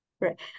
right